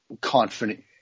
confident